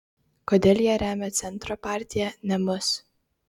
kodėl jie remia centro partiją ne mus